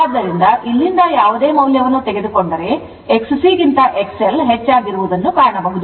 ಆದ್ದರಿಂದ ಇಲ್ಲಿಂದ ಯಾವುದೇ ಮೌಲ್ಯವನ್ನು ತೆಗೆದುಕೊಂಡರೆ XC ಗಿಂತ XL ಹೆಚ್ಚು ಕಾಣಬಹುದು